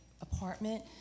apartment